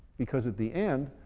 because at the end